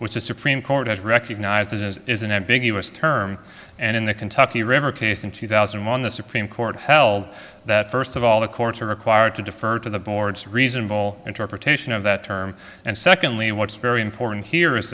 which the supreme court has recognized as is an ambiguous term and in the kentucky river case in two thousand and one the supreme court held that first of all the courts are required to defer to the board's reasonable interpretation of that term and secondly what's very important here is